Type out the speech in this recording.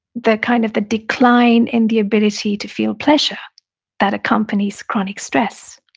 the kind of the decline in the ability to feel pleasure that accompanies chronic stress